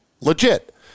legit